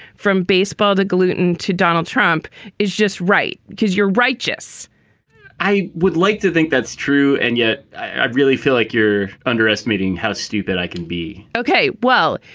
from baseball to gluten to donald trump is just right because you're righteous i would like to think that's true. and yet i really feel like you're underestimating how stupid i can be okay. well,